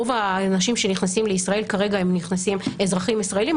רוב האנשים שנכנסים לישראל כרגע הם אזרחים ישראלים,